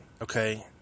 okay